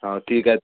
हां ठीक आहेत